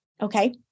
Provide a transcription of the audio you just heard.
Okay